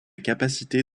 capacité